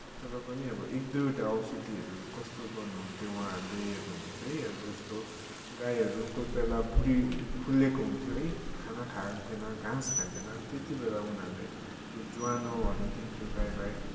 तर पनि अब एक दुईवटा औषधीहरू कस्तो बनाउनु हुन्थ्यो उहाँहरूले भने चाहिँ अब जस्तो गाईहरू कोही कोहीबेला भुँडी फुल्लिएको हुन्थ्यो है खाना खान्थेन घाँस खान्थिएन त्यति बेला उनीहरूले त्यो ज्वानोहरू दिन्थ्यो गाईलाई